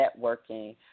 networking